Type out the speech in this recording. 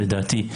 לדעתי,